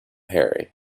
harry